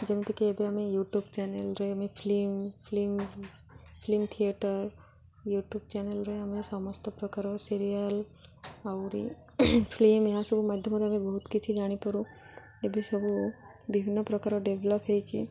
ଯେମିତିକି ଏବେ ଆମେ ୟୁଟ୍ୟୁବ୍ ଚ୍ୟାନେଲ୍ରେ ଆମେ ଫିଲ୍ମ ଥିଏଟର୍ ୟୁଟ୍ୟୁବ୍ ଚ୍ୟାନେଲ୍ରେ ଆମେ ସମସ୍ତ ପ୍ରକାର ସିରିଏଲ୍ ଆହୁରି ଫିଲ୍ମ ଏହାସବୁ ମାଧ୍ୟମରେ ଆମେ ବହୁତ କିଛି ଜାଣିପାରୁ ଏବେ ସବୁ ବିଭିନ୍ନ ପ୍ରକାର ଡେଭଲପ୍ ହେଇଛି